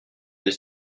des